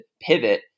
pivot